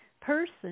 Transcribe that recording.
person